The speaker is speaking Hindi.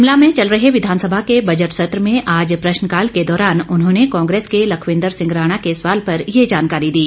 शिमला में चल रहे विधानसभा के बजट सत्र में आज प्रश्नकाल के दौरान उन्होंने कांग्रेस के लखविंद्र सिंह राणा के सवाल पर ये जानकारी दी